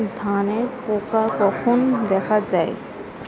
ধানের পোকা কখন দেখা দেয়?